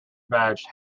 badged